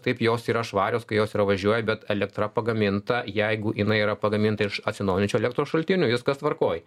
taip jos yra švarios kai jos yra važiuoja bet elektra pagaminta jeigu jinai yra pagaminta iš atsinaujinančių elektros šaltinių viskas tvarkoj